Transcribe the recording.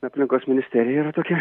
aplinkos ministerija yra tokia